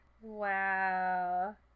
Wow